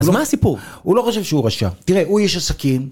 אז מה הסיפור? הוא לא חושב שהוא רשע. תראה, הוא איש עסקים...